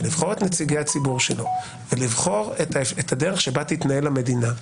לבחור את נציגי הציבור שלו ולבחור את הדרך שבה תתנהל המדינה,